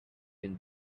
been